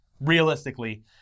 realistically